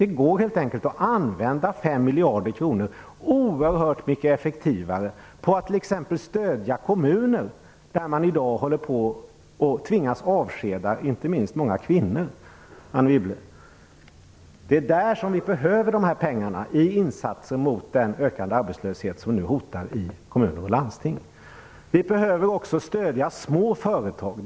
Det går helt enkelt att använda 5 miljarder kronor oerhört mycket effektivare, t.ex. för att stödja kommuner där man i dag tvingas avskeda - inte minst många kvinnor, Anne Wibble. Det är där som de här pengarna behövs, till insatser mot den ökande arbetslöshet som nu hotar i kommuner och landsting. Det är också nödvändigt att stödja små företag.